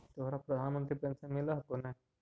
तोहरा प्रधानमंत्री पेन्शन मिल हको ने?